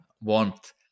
warmth